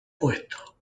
puesto